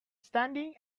standing